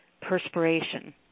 perspiration